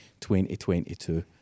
2022